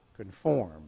conform